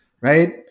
right